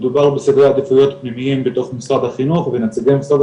מדובר בסדרי עדיפויות פנימיים בתוך משרד החינוך ונציגי משרד